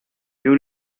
you